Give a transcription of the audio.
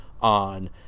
On